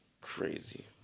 crazy